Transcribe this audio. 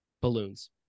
balloons